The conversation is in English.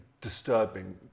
disturbing